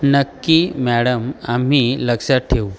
नक्की म्यॅडम आम्ही लक्षात ठेवू